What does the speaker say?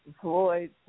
Floyd